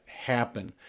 Happen